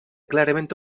clarament